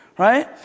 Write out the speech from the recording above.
Right